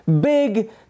big